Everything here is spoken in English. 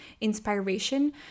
inspiration